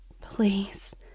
Please